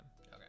Okay